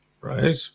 Right